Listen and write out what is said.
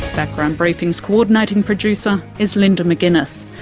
background briefing's co-ordinating producer is linda mcginness,